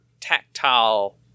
tactile